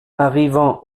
arrivant